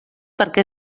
perquè